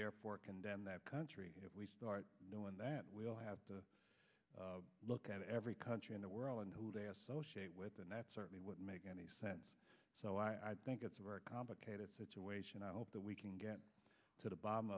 therefore condemn that country if we start doing that we'll have to look at every country in the world and who they associate with and that certainly would make any sense so i think it's a very complicated situation i hope that we can get to the bottom